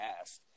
asked